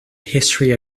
history